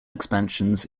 expansions